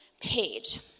page